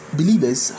believers